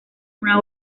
una